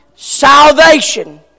Salvation